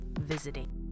Visiting